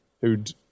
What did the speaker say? who'd